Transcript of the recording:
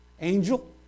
Angel